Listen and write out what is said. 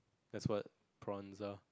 that's what prawns are